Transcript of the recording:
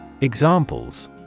Examples